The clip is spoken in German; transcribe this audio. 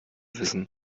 wissen